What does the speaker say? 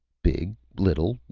big? little?